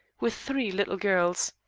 with three little girls,